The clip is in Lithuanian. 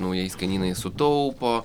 naujais kainynais sutaupo